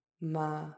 ma